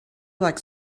like